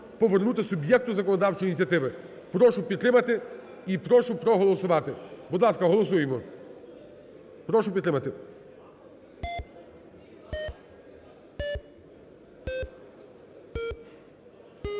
повернути суб'єкту законодавчої ініціативи. Прошу підтримати і прошу проголосувати. Будь ласка, голосуємо, прошу підтримати.